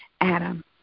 Adam